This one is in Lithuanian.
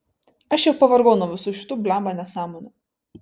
aš jau pavargau nuo visų šitų blemba nesąmonių